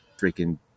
freaking